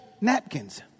napkins